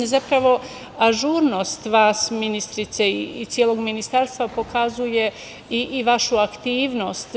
Zapravo, ažurnost vas, ministrice, i celog ministarstva pokazuje i vašu aktivnost.